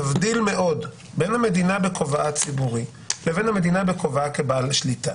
תבדיל מאוד בין המדינה בכובעה הציבורי לבין המדינה בכובעה כבעל השליטה.